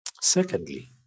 Secondly